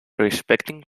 respecting